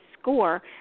score